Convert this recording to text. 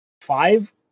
five